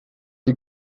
die